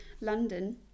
London